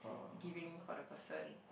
giving for the person